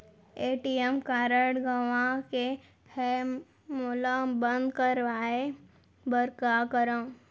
ATM card गंवा गे है ओला बंद कराये बर का करंव?